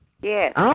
Yes